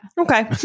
Okay